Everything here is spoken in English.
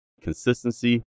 consistency